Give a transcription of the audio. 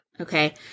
Okay